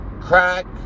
crack